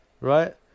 right